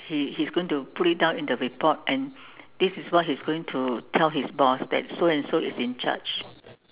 he he's going to put it down in the report and this is what he is going to tell his boss that so and so in charge